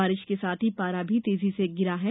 बारिष के साथ ही पारा भी तेजी से गिरा है